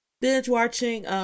binge-watching